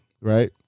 right